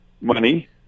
Money